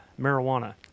Marijuana